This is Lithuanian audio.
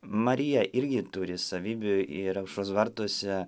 marija irgi turi savybių ir aušros vartuose